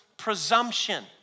presumption